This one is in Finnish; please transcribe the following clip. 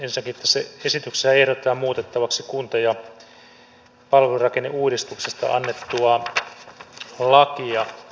ensinnäkin tässä esityksessähän ehdotetaan muutettavaksi kunta ja palvelurakenneuudistuksesta annettua lakia